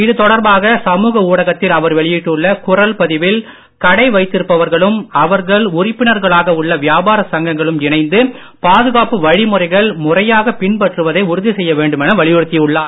இது தொடர்பாக சமூக ஊடகத்தில் அவர் வெளியிட்டுள்ள குரல் பதிவில் கடை வைத்திருப்பவர்களும் அவர்கள் உறுப்பினர்களாக உள்ள வியாபார சங்கங்களும் இணைந்து பாதுகாப்பு வழிமுறைகள் முறையாக பின்பற்றுவதை உறுதி செய்ய வேண்டுமென வலியுறுத்தி உள்ளார்